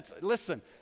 Listen